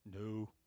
No